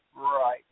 Right